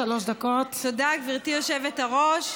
גברתי היושבת-ראש,